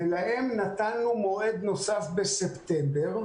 ולהם נתנו מועד נוסף בספטמבר,